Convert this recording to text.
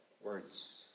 words